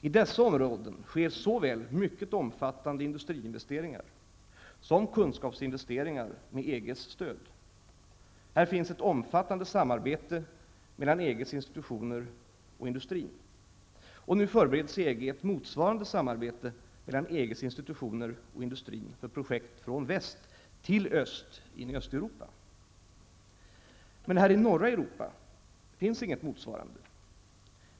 I dessa områden sker såväl mycket omfattande industriinvesteringar som kunskapsinvesteringar med EGs stöd. Här finns ett omfattande samarbete mellan EGs institutioner och industrin. Nu förbereds i EG ett motsvarande samarbete mellan EGs institutioner och industrin för projekt från väst till öst in i Östeuropa. Här i norra Europa finns inget motsvarande.